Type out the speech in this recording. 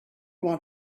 want